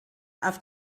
auf